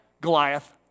Goliath